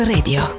Radio